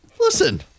listen